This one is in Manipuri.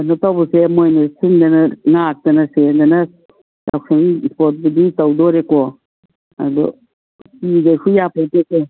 ꯀꯩꯅꯣ ꯇꯧꯕꯁꯦ ꯃꯣꯏꯅ ꯁꯤꯟꯗꯅ ꯉꯥꯛꯇꯅ ꯁꯦꯟꯗꯅ ꯌꯥꯎꯁꯪ ꯏꯁꯄꯣꯔꯠꯄꯨꯗꯤ ꯇꯧꯗꯣꯔꯦꯀꯣ ꯑꯗꯨ ꯀꯤꯗꯕꯁꯨ ꯌꯥꯄꯣꯟꯇꯦꯀꯣ